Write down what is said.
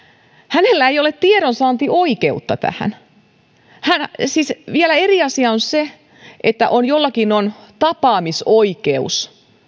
hänellä ei ole tiedonsaantioikeutta tähän siis eri asia vielä on se että jollakin on tapaamisoikeus